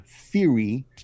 theory